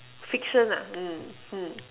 fiction ah mmhmm